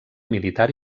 militar